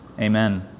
Amen